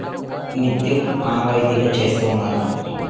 నిత్యం ఆనవాయితీగా చేస్తూ ఉన్నారు